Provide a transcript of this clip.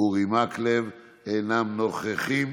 אורי מקלב, אינם נוכחים.